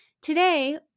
Today